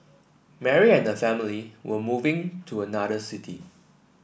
Mary and family were moving to another city